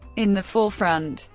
in the forefront,